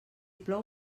plou